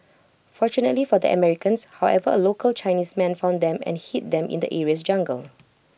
fortunately for the Americans however A local Chinese man found them and hid them in the area's jungle